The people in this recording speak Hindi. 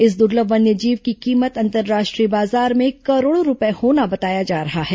इस दुर्लभ वन्यजीव की कीमत अंतर्राष्ट्रीय बाजार में करोड़ों रूपये होना बताया जा रहा है